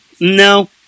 No